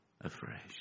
afresh